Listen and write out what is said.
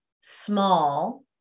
small